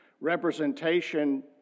Representation